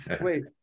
Wait